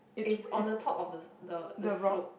is on the top of the the the slope